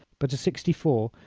but a sixty-four,